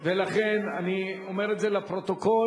ולכן אני אומר את זה לפרוטוקול,